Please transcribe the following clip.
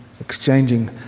exchanging